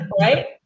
right